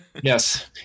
Yes